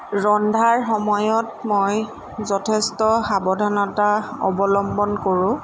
ৰন্ধাৰ সময়ত মই যথেষ্ট সাৱধানতা অৱলম্বন কৰোঁ